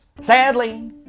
Sadly